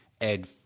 ed